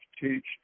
teach